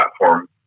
platform